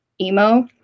emo